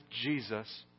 Jesus